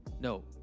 No